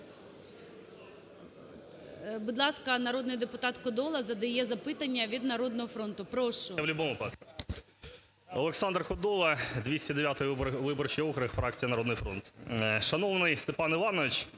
Будь ласка, народний депутат Кодола задає запитання від "Народного фронту". Прошу. 10:29:55 КОДОЛА О.М. Олександр Кодола, 209 виборчий округ, фракція "Народний фронт". Шановний Степан Іванович,